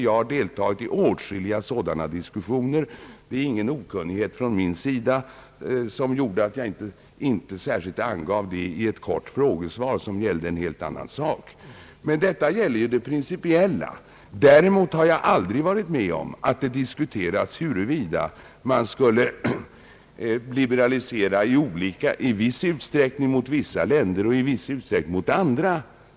Jag har deltagit i åtskilliga sådana diskussioner. Det är ingen okunnighet hos mig som gjorde att jag inte särskilt angav det i ett kort frågesvar som gällde en helt annan sak. Men detta gäller ju den principiella sidan. Däremot har jag aldrig varit med om att det diskuterats huruvida man skulle liberalisera i viss utsträckning mot vissa länder och i annan utsträckning mot andra.